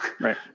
right